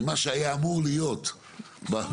ממה שאמור היה להיות בקודם.